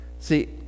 see